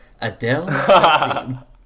Adele